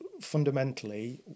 fundamentally